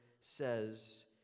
says